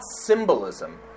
symbolism